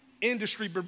industry